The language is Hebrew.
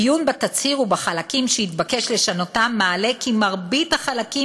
עיון בתצהיר ובחלקים שהתבקש לשנותם מעלה כי מרבית החלקים